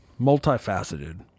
multifaceted